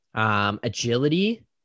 Agility